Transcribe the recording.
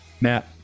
Matt